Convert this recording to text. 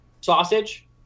sausage